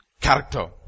character